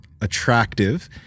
attractive